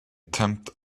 tempt